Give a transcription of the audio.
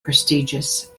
prestigious